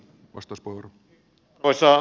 arvoisa puhemies